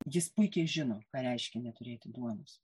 jis puikiai žino ką reiškia neturėti duonos